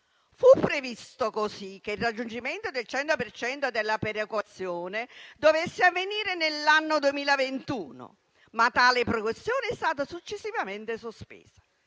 Fu previsto così che il raggiungimento del 100 per cento della perequazione dovesse avvenire nell'anno 2021, ma tale previsione è stata successivamente sospesa.